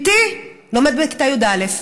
בתי לומדת בכיתה י"א.